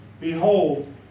behold